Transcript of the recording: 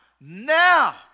now